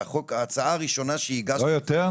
וההצעה הראשונה שהגשתי לפני ארבע שנים --- לא יותר?